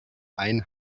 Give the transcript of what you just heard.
einen